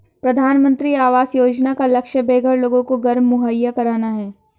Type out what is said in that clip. प्रधानमंत्री आवास योजना का लक्ष्य बेघर लोगों को घर मुहैया कराना है